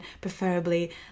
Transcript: preferably